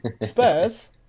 Spurs